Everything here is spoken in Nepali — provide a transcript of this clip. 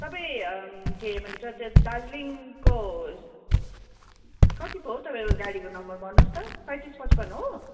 तपाईँ के भन्छ त्यो दार्जिलिङको कति पो हो तपाईँको गाडीको नम्बर भन्नु होस् त सैँतिस पचपन् हो